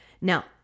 Now